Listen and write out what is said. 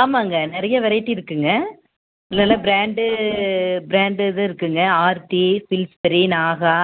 ஆமாம்ங்க நிறைய வெரைட்டி இருக்குங்க நல்ல பிராண்டு பிராண்டு இது இருக்குங்க ஆர்த்தி பில்ஸ்பெரி நாகா